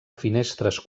finestres